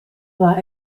war